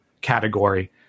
category